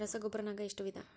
ರಸಗೊಬ್ಬರ ನಾಗ್ ಎಷ್ಟು ವಿಧ?